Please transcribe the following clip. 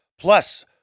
Plus